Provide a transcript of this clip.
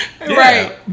right